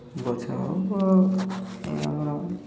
ଗଛ ହେଉ ବା ଏ ଆମର